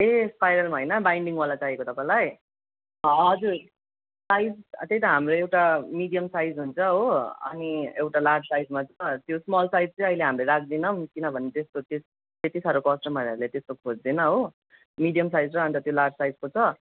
ए स्पाइरलमा होइन बाइन्डिङवाला चाहिएको तपाईँलाई हजुर साइज त्यही त हाम्रो एउटा मिडियम साइज हुन्छ हो अनि एउटा लार्ज साइजमा छ त्यो स्मल साइज चाहिँ अहिले हामी राख्दैनौँ किनभने त्यसको त्यो त्यति साह्रो कस्टमरहरूले त्यस्तो खोज्दैन हो मिडियम साइज र अन्त त्यो लार्ज साइजको छ